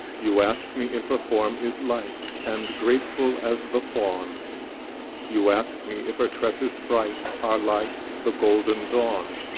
you ask me if her form is light and graceful as the fawn you ask me if her tresses bright are like the golden dawn?